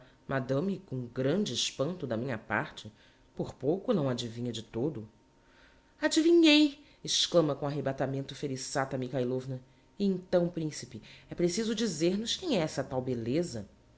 madame com grande espanto da minha parte por pouco o não adivinha de todo adivinhei exclama com arrebatamento felissata mikhailovna e então principe é preciso dizer-nos quem é essa tal belleza